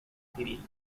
civil